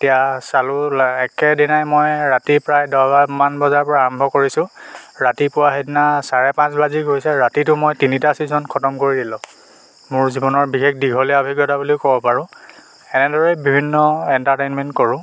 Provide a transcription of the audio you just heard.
তেতিয়া চালো একেদিনাই মই ৰাতি প্ৰায় দহমান বজাৰপৰা আৰম্ভ কৰিছো ৰাতিপুৱা সেইদিনা চাৰে পাচঁ বাজি গৈছে ৰাতিটো মই তিনিটা ছিজন খটম কৰি দিলো মোৰ জীৱনৰ বিশেষ দীঘলীয়া অভিজ্ঞতা বুলিও ক'ব পাৰোঁ এনেদৰে বিভিন্ন এণ্টাৰটেইনমেণ্ট কৰোঁ